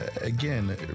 again